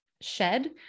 shed